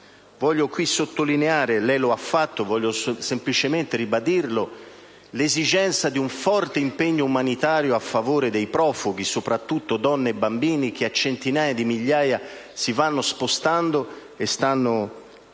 del Consiglio, e io voglio semplicemente ribadirlo - l'esigenza di un forte impegno umanitario a favore dei profughi, soprattutto donne e bambini, che a centinaia di migliaia si vanno spostando e stanno